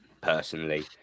personally